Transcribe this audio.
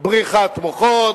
בריחת מוחות,